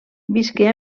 visqué